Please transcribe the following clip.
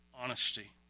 honesty